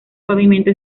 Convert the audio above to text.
pavimento